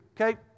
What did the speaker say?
okay